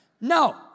No